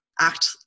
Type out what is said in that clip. act